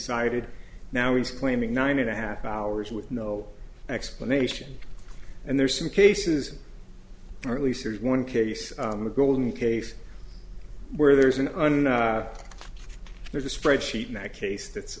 cited now he's claiming nine and a half hours with no explanation and there's some cases or at least there's one case in the golden case where there's an unknown there's a spreadsheet that case